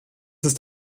ist